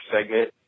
segment